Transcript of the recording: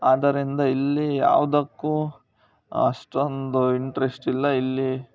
ಆದರಿಂದ ಇಲ್ಲಿ ಯಾವುದಕ್ಕೂ ಅಷ್ಟೊಂದು ಇಂಟ್ರೆಸ್ಟ್ ಇಲ್ಲ ಇಲ್ಲಿ